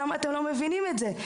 למה אתם לא מבינים את זה?